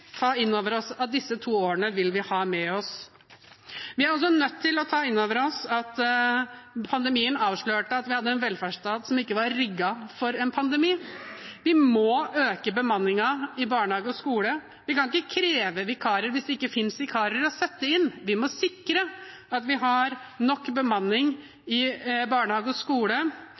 ta inn over oss at vi vil ha med oss disse to årene. Vi er også nødt til å ta inn over oss at pandemien avslørte at vi hadde en velferdsstat som ikke var rigget for en pandemi. Vi må øke bemanningen i barnehage og skole. Vi kan ikke kreve vikarer hvis det ikke finnes vikarer å sette inn, vi må sikre at vi har nok bemanning i barnehage og skole.